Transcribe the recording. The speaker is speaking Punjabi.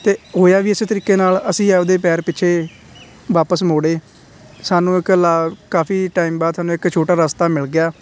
ਅਤੇ ਹੋਇਆ ਵੀ ਇਸ ਤਰੀਕੇ ਨਾਲ ਅਸੀਂ ਆਪਦੇ ਪੈਰ ਪਿੱਛੇ ਵਾਪਸ ਮੋੜੇ ਸਾਨੂੰ ਇੱਕ ਲ ਕਾਫੀ ਟਾਈਮ ਬਾਅਦ ਸਾਨੂੰ ਇੱਕ ਛੋਟਾ ਰਸਤਾ ਮਿਲ ਗਿਆ